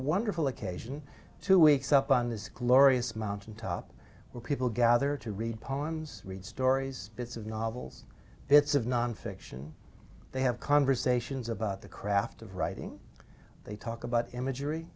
wonderful occasion two weeks up on this glorious mountaintop where people gather to read poems read stories bits of novels bits of nonfiction they have conversations about the craft of writing they talk about imagery